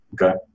Okay